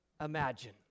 imagine